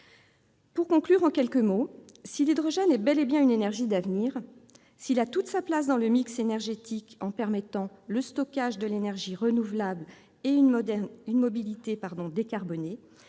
Pour conclure en quelques mots, si l'hydrogène est bel et bien une énergie d'avenir, s'il a toute sa place dans le mix énergétique en permettant le stockage de l'électricité renouvelable et une mobilité décarbonée,